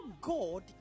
God